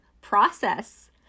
process